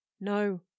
No